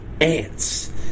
ants